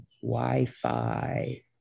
Wi-Fi